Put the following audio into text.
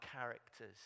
characters